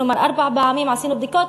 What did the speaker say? כלומר, ארבע פעמים עשינו בדיקות.